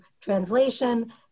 translation